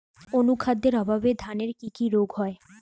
অনুখাদ্যের অভাবে ধানের কি কি রোগ হয়?